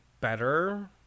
better